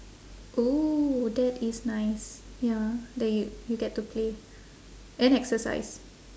oh that is nice ya then you you get to play and exercise